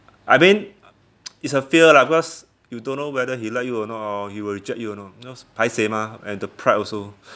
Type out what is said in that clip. I mean it's a fear lah because you don't know whether he like you or not or he will reject you or not cause paiseh mah have the pride also